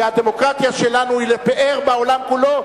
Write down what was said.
שהדמוקרטיה שלנו היא לפאר בעולם כולו,